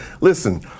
listen